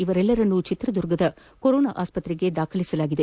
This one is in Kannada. ಇವರೆಲ್ಲರನ್ನೂ ಚಿತ್ರದುರ್ಗದ ಕೊರೋನಾ ಆಸ್ಪತ್ರೆಗೆ ದಾಖಲಿಸಲಾಗಿದೆ